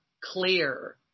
clear